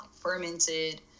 fermented